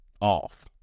off